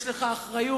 יש לך אחריות.